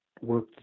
work